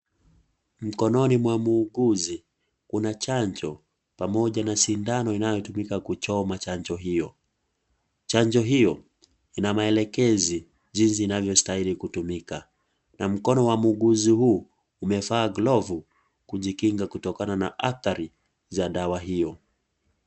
Mkononi mwa muuguzi kuna chanjo pamoja na sindano inayo tumika kuchoma chanjo hiyo, chanjo hiyo ina maelekezi jinsi inavyositahili tumika, na mkono wa muuguzi huu umevaa glovu kujikinga kutokana na hatari za dawa hiyo.